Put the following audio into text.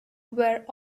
were